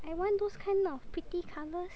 I want those kind of pretty colours